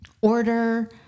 order